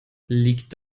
liegt